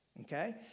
okay